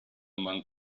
mann